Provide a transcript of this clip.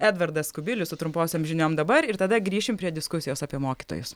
edvardas kubilius su trumposiom žiniom dabar ir tada grįšim prie diskusijos apie mokytojus